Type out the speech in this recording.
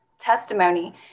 testimony